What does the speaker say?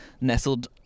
nestled